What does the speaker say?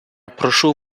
прошу